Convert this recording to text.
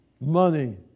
money